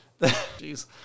Jeez